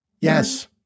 Yes